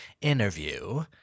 interview